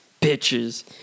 bitches